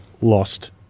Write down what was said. lost